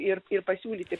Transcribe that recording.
ir ir pasiūlyti